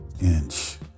inch